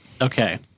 Okay